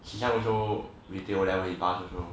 he some also retake his O level he pass also